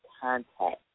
contact